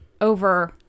over